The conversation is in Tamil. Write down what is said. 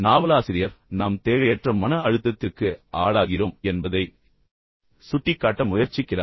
எனவே உண்மையில் நாவலாசிரியர் நாம் தேவையற்ற மன அழுத்தத்திற்கு ஆளாகிறோம் என்பதை சுட்டிக்காட்ட முயற்சிக்கிறார்